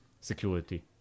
security